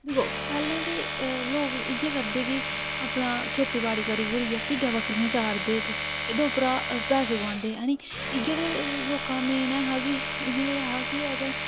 दिक्खो पैह्लें ते लोक इ'यै करदे कि अपना खेतीबाड़ी करियै भिड्डां बकरियां चारदे थे एह् दौं भ्राऽ पैसे कमांदे हे नी इ'यै लोकें दा मेन हा की 'य़ै हा की अगर